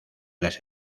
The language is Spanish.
las